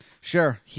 Sure